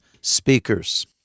speakers